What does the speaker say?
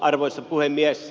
arvoisa puhemies